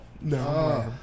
No